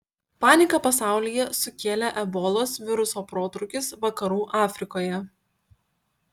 paniką pasaulyje sukėlė ebolos viruso protrūkis vakarų afrikoje